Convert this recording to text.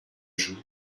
joue